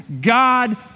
God